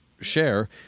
share